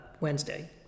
Wednesday